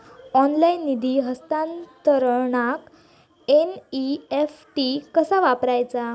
Online निधी हस्तांतरणाक NEFT कसा वापरायचा?